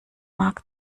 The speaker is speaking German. mag